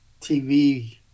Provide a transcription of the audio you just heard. TV